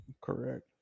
Correct